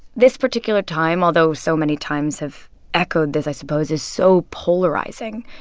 this particular time, although so many times have echoed this, i suppose, is so polarizing.